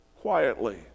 quietly